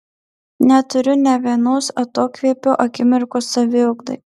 neturiu ne vienos atokvėpio akimirkos saviugdai